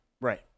Right